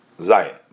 Zion